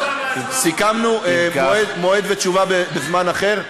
סיכמנו מועד ותשובה בזמן אחר?